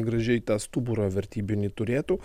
gražiai tą stuburą vertybinį turėtų